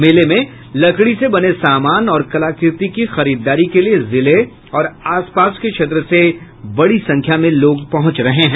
मेले में लकड़ी से बने सामान और कलाकृति की खरीदारी के लिए जिले और आस पास के क्षेत्र से बड़ी संख्या में लोग पहुंच रहे हैं